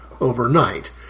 overnight